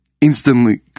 Instantly